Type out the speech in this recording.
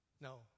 No